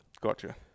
gotcha